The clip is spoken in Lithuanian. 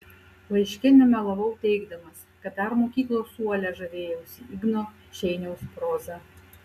laiške nemelavau teigdamas kad dar mokyklos suole žavėjausi igno šeiniaus proza